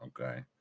Okay